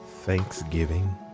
Thanksgiving